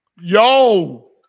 yo